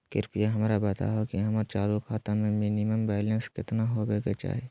कृपया हमरा बताहो कि हमर चालू खाता मे मिनिमम बैलेंस केतना होबे के चाही